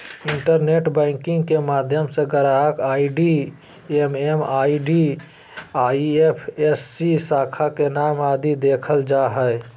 internet banking के माध्यम से ग्राहक आई.डी एम.एम.आई.डी, आई.एफ.एस.सी, शाखा के नाम आदि देखल जा हय